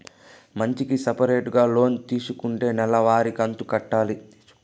మంచికి సపరేటుగా లోన్ తీసుకుంటే నెల వారి కంతు కట్టాలి